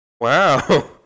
Wow